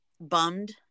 bummed